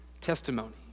testimony